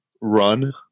run